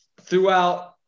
throughout